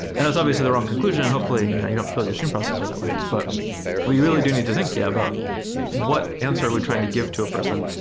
and that's obviously the wrong conclusion and hopefully you know you don't build your stream processor that way. but we really do need to think yeah about what answer we're trying to give to a person.